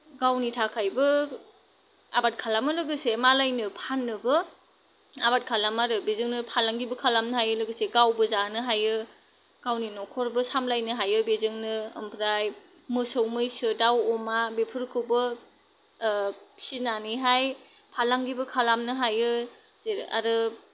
गावनि थाखायबो आबाद खालामो लोगोसे मालायनो फान्नोबो आबाद खालामो आरो बेजोंनो फालांगिबो खालामनो हायो लोगोसे गावबो जानो हायो गावनि नखरबो सामलायनो हायो बेजोंनो ओमफ्राय मोसौ मैसो दाव अमा बेफोरखौबो ओ फिसिनानैहाय फालांगिबो खालामनो हायो जेरै आरो